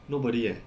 nobody eh